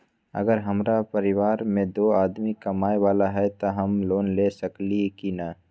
अगर हमरा परिवार में दो आदमी कमाये वाला है त हम लोन ले सकेली की न?